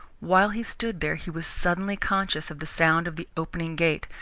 while he stood there he was suddenly conscious of the sound of the opening gate,